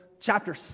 chapter